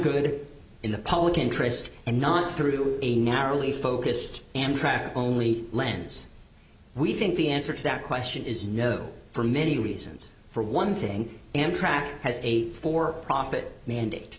good in the public interest and not through a narrow only focused and track only lens we think the answer to that question is no for many reasons for one thing amtrak has a for profit mandate